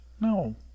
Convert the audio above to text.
No